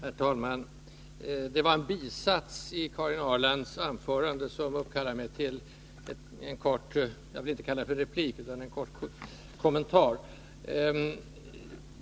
Herr talman! Det var en bisats i Karin Ahrlands anförande som uppkallar mig till en kort kommentar.